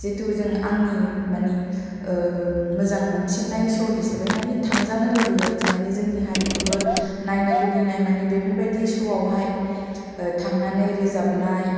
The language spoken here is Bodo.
जिथु जों आंनि मानि मोजां मोनसिननाय श' हिसाबै मानि थांजानो लुगैयो आरखि मानि जोंनि हारिखौबो नायनो लुगैनाय मानि बेफोरबादि श' आव हाय थांनानै रोजाबनाय